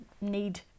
Need